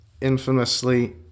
infamously